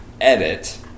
Edit